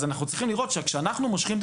אז אנחנו צריכים לראות שכשאנחנו מושכים את